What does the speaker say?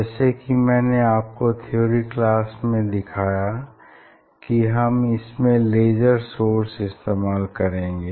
जैसे कि मैंने आपको थ्योरी क्लास में दिखाया कि हम इसमें लेज़र सोर्स इस्तेमाल करेंगे